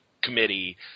Committee